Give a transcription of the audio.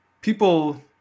people